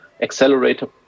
accelerator